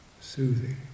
soothing